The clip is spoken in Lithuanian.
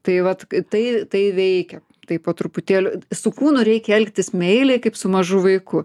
tai vat tai tai veikia tai po truputėlį su kūnu reikia elgtis meiliai kaip su mažu vaiku